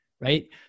right